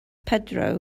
pedro